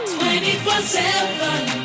Twenty-four-seven